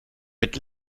mit